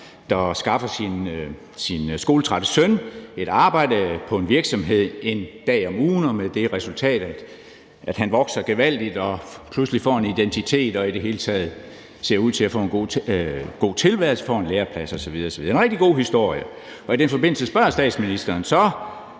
der skaffer sin skoletrætte søn et arbejde på en virksomhed en dag om ugen med det resultat, at han vokser gevaldigt med det og pludselig får en identitet og i det hele taget ser ud til at få en god tilværelse, får en læreplads osv. osv. – en rigtig god historie. Og i den forbindelse spørger statsministeren så: